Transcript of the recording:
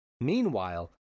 Meanwhile